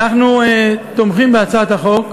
אנחנו תומכים בהצעת החוק.